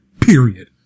period